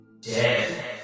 dead